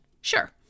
Sure